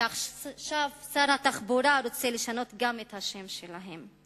שעכשיו שר התחבורה רוצה גם לשנות את השם שלהם.